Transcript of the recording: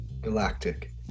galactic